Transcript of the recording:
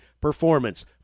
Performance